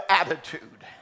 attitude